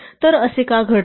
तर असे का घडते